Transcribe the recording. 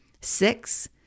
Six